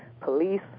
police